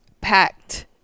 packed